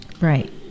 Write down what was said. Right